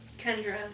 Kendra